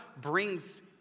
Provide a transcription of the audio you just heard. brings